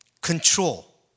control